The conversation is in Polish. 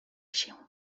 się